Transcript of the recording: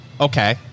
okay